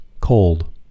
cold